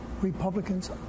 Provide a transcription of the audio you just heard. Republicans